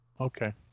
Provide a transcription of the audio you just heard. Okay